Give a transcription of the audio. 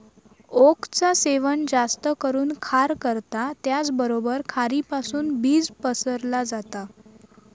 ओकचा सेवन जास्त करून खार करता त्याचबरोबर खारीपासुन बीज पसरला जाता